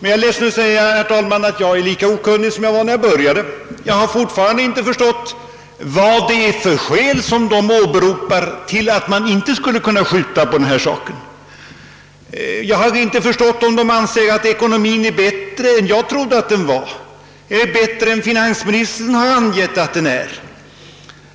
men jag måste säga, herr talman, att jag är lika okunnig som jag var när jag började; jag förstår fortfarande inte de skäl dessa talare åberopar för att man inte skall kunna skjuta på denna sak. Jag har inte förstått om de ansett att ekonomien är bättre än jag trodde att den är, bättre än finansministern angivit att den är.